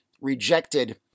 rejected